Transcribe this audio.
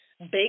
big